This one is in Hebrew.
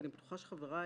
ואני בטוחה שגם חבריי,